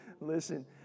Listen